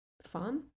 fun